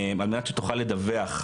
על מנת שתוכל לדווח,